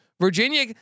Virginia